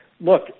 Look